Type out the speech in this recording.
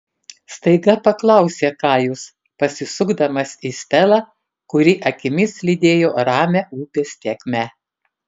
staiga paklausė kajus pasisukdamas į stelą kuri akimis lydėjo ramią upės tėkmę